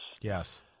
Yes